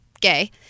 gay